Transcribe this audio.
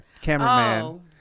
cameraman